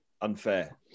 unfair